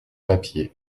papier